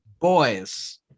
Boys